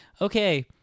okay